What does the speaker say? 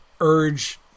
urge